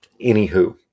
anywho